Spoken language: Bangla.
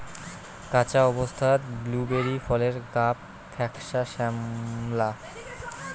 কাঁচা অবস্থাত ব্লুবেরি ফলের গাব ফ্যাকসা শ্যামলা